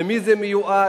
למי זה מיועד,